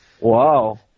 Wow